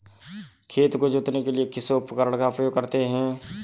खेत को जोतने के लिए किस उपकरण का उपयोग करते हैं?